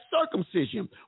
circumcision